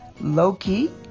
loki